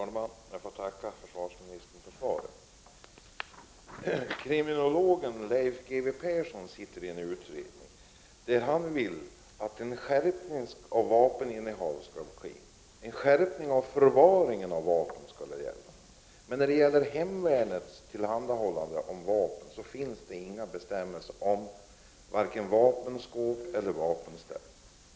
Herr talman! Jag får tacka försvarsministern för svaret. Kriminologen Leif G W Persson sitter med i en utredning, och han har i samband med detta arbete sagt att han vill att en skärpning av bestämmelserna för vapeninnehav skall ske. Det skall gälla en skärpning för reglerna vid förvaring av vapnen. Men i fråga om hemvärnets tillhandahållande av vapen finns inga bestämmelser om vare sig vapenskåp eller vapenställ.